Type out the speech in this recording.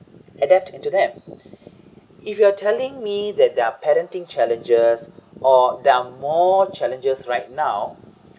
adapt into them if you are telling me that their parenting challenges or there are more challenges right now